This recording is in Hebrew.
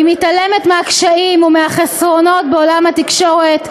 היא מתעלמת מהקשיים ומהחסרונות בעולם התקשורת.